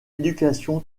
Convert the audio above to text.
éducation